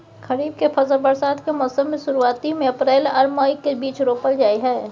खरीफ के फसल बरसात के मौसम के शुरुआती में अप्रैल आर मई के बीच रोपल जाय हय